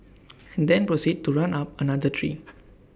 and then proceed to run up another tree